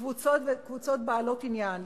וקבוצות בעלות עניין.